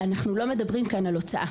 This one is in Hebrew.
אנחנו לא מדברים כאן על הוצאה,